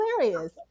hilarious